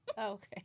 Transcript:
Okay